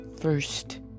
First